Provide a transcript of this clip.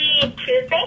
Tuesday